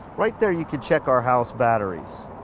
right there, you can check our house batteries.